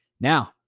Now